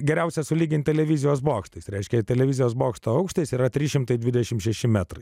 geriausia sulyginti televizijos bokštas reiškia televizijos bokšto aukštis yra trys šimtai dvidešimt šeši metrai